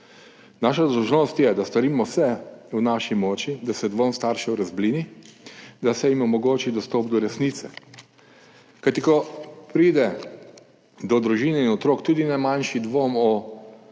Naša dolžnost je, da storimo vse v naši moči, da se dvom staršev razblini, da se jim omogoči dostop do resnice, kajti ko pride do družine in otrok, tudi najmanjši dvom o